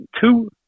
two